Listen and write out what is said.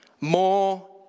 more